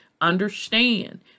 understand